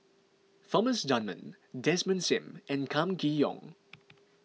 Thomas Dunman Desmond Sim and Kam Kee Yong